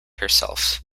herself